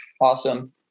awesome